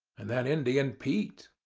and then indian pete,